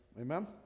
Amen